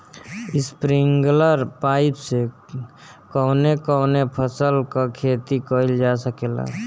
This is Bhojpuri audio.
स्प्रिंगलर पाइप से कवने कवने फसल क खेती कइल जा सकेला?